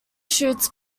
shoots